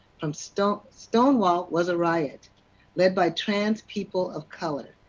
um stonewall stonewall was a riot led by trans people of color.